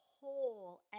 whole